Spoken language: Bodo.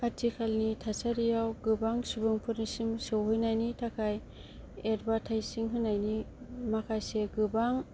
आथिखालनि थासारियाव गोबां सुबुंफोरनिसिम सौहैनायनि थाखाय एडभारटाइजिं होनायनि माखासे गोबां